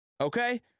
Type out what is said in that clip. Okay